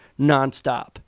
nonstop